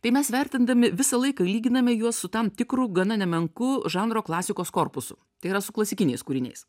tai mes vertindami visą laiką lyginame juos su tam tikru gana nemenku žanro klasikos korpusu tai yra su klasikiniais kūriniais